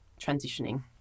transitioning